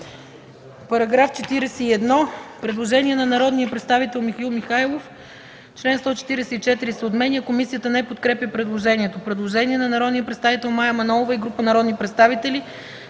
По § 41 има предложение на народния представител Михаил Михайлов – чл. 144 се отменя. Комисията не подкрепя предложението. Предложение на народния представител Мая Манолова и група народни представители